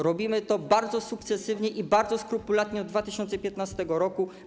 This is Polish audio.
Robimy to bardzo sukcesywnie i bardzo skrupulatnie od 2015 r.